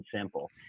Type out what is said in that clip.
simple